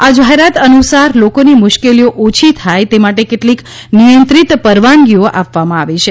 આ જાહેરાત અનુસાર લોકોની મુશ્કેલીઓ ઓછી થાય તે માટે કેટલીક નિયંત્રિત પરવાનગીઓ આપવામાં આવી છે